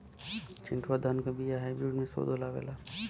चिन्टूवा धान क बिया हाइब्रिड में शोधल आवेला?